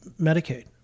Medicaid